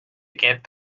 keelt